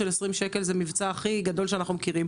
20 שקל זה מבצע הכי גדול שאנחנו מכירים,